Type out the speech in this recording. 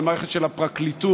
על המערכת של הפרקליטות,